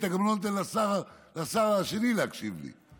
אתה גם לא נותן לשר השני להקשיב לי.